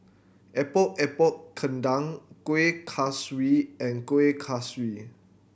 Epok Epok Kentang Kuih Kaswi and Kueh Kaswi